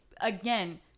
again